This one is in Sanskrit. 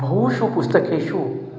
बहुषु पुस्तकेषु